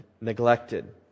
neglected